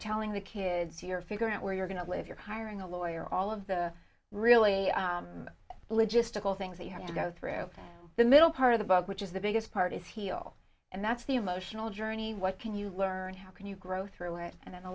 telling the kids you're figuring out where you're going to live you're hiring a lawyer all of the really logistical things that you have to go through the middle part of the book which is the biggest part is heal and that's the motional journey what can you learn how can you grow through it and then the